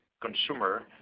consumer